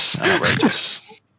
Outrageous